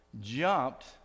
jumped